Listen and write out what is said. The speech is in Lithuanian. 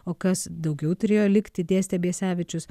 o kas daugiau turėjo likti dėstė biesevičius